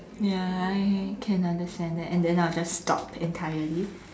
ya I can understand that and then I'll just stop entirely